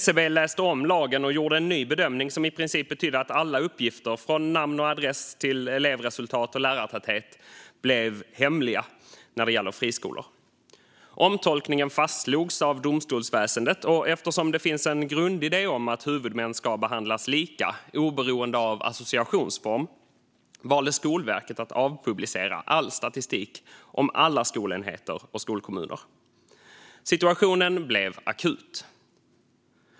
SCB läste om lagen och gjorde en ny bedömning som i princip betydde att alla uppgifter, från namn och adress till elevresultat och lärartäthet, blev hemliga när det gällde friskolor. Omtolkningen fastslogs av domstolsväsendet, och eftersom det finns en grundidé om att huvudmän ska behandlas lika, oberoende av associationsform, valde Skolverket att avpublicera all statistik om alla skolenheter och skolkommuner. Situationen blev akut.